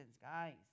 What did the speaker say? guys